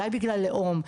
אולי בגלל לאום,